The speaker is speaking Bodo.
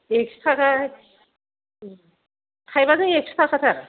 एक्स' थाखा थाइबाजों एक्स' थाखाथार